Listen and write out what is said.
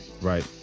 Right